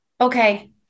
Okay